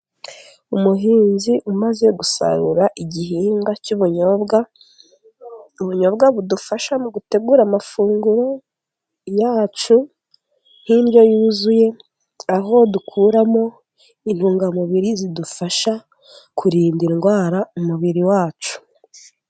Umuhinzi umaze gusarura igihingwa cy'ubunyobwa. ubunyobwa budufasha mu gutegura amafunguro yacu nk'indyo yuzuye, aho dukuramo intungamubiri zidufasha kurinda indwara umubiri wacu.